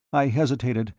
i hesitated,